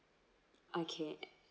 okay